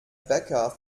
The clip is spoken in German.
bäcker